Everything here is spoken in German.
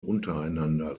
untereinander